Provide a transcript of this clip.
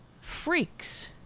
Freaks